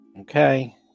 Okay